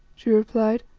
she replied.